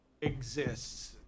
exists